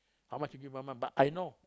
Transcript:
how much you give mama but I know